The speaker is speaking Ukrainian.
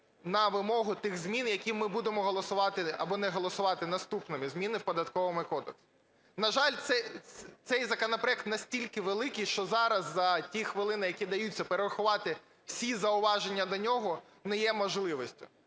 на вимогу тих змін, які ми будемо голосувати або не голосувати наступними, зміни в Податковий кодекс. На жаль, цей законопроект настільки великий, що зараз, за ті хвилини, які даються, перерахувати всі зауваження до нього не є можливим.